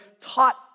taught